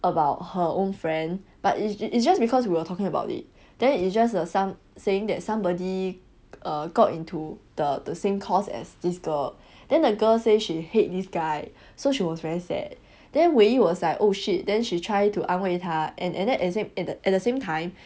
about her own friend but it's it's just because we were talking about it then it's just err some saying that somebody err got into the the same course as this girl then the girl say she hate this guy so she was very sad then wei yi was like oh shit then she try to 安慰他 and and and then at the same time